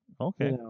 Okay